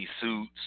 suits